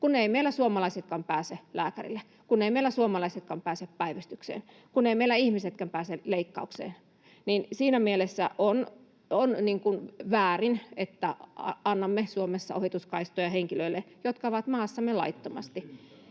Kun eivät meillä suomalaisetkaan pääse lääkärille, kun eivät meillä suomalaisetkaan pääse päivystykseen, kun eivät meillä ihmisetkään pääse leikkaukseen, niin siinä mielessä on väärin, että annamme Suomessa ohituskaistoja henkilöille, jotka ovat maassamme laittomasti.